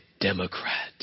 Democrat